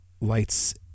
Lights